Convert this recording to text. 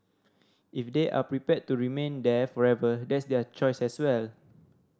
if they are prepared to remain there forever that's their choice as well